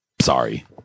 Sorry